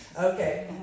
Okay